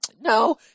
No